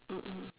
mm mm